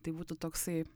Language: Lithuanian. tai būtų toksai